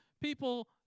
people